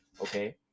Okay